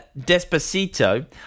Despacito